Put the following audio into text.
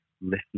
listen